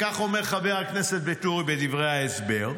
כך אומר חבר הכנסת ואטורי בדברי ההסבר.